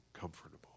comfortable